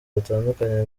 batandukanye